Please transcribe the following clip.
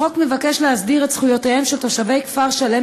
החוק מבקש להסדיר את זכויותיהם של תושבי כפר-שלם